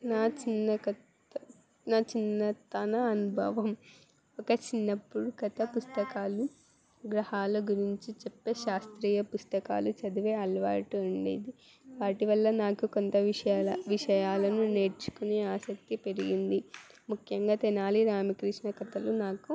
నా చిన్న కత నా చిన్నతనం అనుభవం ఒక చిన్నప్పుడు కథ పుస్తకాలు గ్రహాల గురించి చెప్పే శాస్త్రీయ పుస్తకాలు చదివే అలవాటు ఉండేది వాటి వల్ల నాకు కొత్త విషయాల విషయాలను నేర్చుకునే ఆసక్తి పెరిగింది ముఖ్యంగా తెనాలి రామకృష్ణ కథలు నాకు